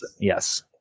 Yes